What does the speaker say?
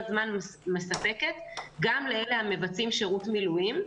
זמן מספקת גם לאלה שמבצעים שירות מילואים.